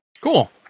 Cool